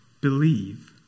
believe